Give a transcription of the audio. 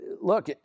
look